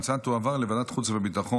ההצעה תועבר לדיון לוועדת החוץ והביטחון.